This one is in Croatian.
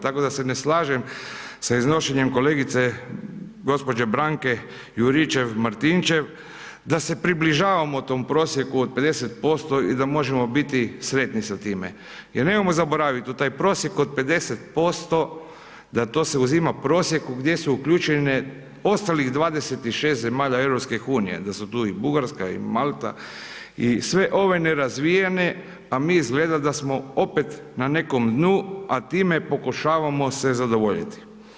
Tako da se ne slažem sa iznošenjem kolegice gđe. Brnke Juričev Martinečv da se približavamo tom prosjeku od 50% i da možemo biti sretni sa time, jer nemojmo zaboraviti u taj prosjek od 50%, da to se uzima prosjek gdje su uključene ostalih 26 zemalja EU, da su tu i Bugarska i Malta i sve ove nerazvijene, a mi izgleda da smo opet na nekom dnu, a time pokušavamo se zadovoljiti.